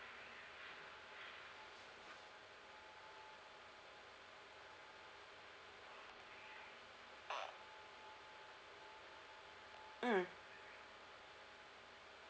mm